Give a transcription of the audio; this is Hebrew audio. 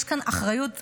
יש כאן אחריות חשובה,